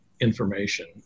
information